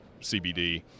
CBD